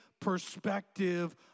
perspective